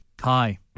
Hi